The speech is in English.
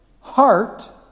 heart